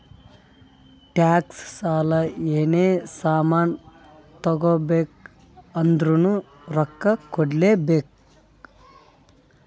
tax, ಸಾಲ, ಏನೇ ಸಾಮಾನ್ ತಗೋಬೇಕ ಅಂದುರ್ನು ರೊಕ್ಕಾ ಕೂಡ್ಲೇ ಬೇಕ್